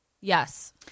Yes